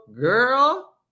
girl